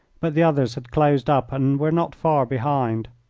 but the others had closed up and were not far behind.